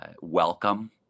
welcome